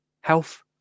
health